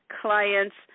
clients